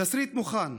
// תסריט מוכן: